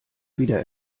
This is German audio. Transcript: wieder